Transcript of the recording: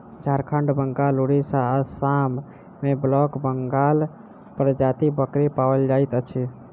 झारखंड, बंगाल, उड़िसा, आसाम मे ब्लैक बंगाल प्रजातिक बकरी पाओल जाइत अछि